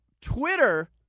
Twitter